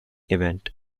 event